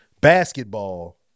basketball